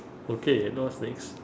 okay now what's next